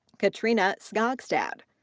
katrina skogstad.